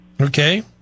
Okay